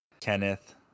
Kenneth